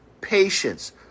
patience